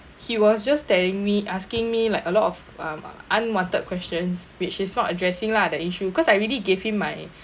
he was just telling me asking me like a lot of um unwanted questions which is not addressing lah the issue cause I already gave him my